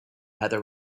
heather